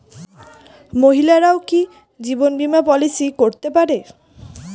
মহিলারাও কি জীবন বীমা পলিসি করতে পারে?